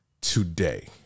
today